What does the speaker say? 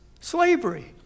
Slavery